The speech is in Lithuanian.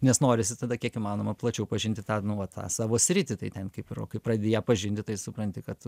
nes norisi tada kiek įmanoma plačiau pažinti tą nu va tą savo sritį tai ten kaip yra o kaip pradedi ją pažinti tai supranti kad